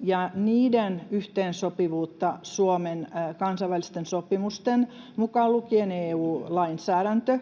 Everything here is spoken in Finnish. ja niiden yhteensopivuutta Suomen kansainvälisten sopimusten kanssa, mukaan lukien EU-lainsäädäntö